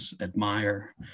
admire